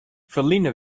ferline